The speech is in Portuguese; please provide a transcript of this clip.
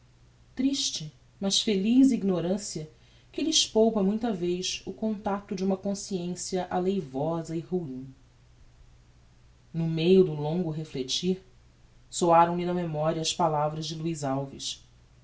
triste mas feliz ignorancia que lhes poupa muita vez o contacto de uma consciência aleivosa e ruim no meio do longo reflectir soaram lhe na memoria as palavras de luiz alves